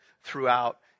throughout